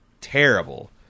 Terrible